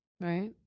Right